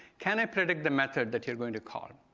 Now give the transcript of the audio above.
can i predict the method that you're going to call?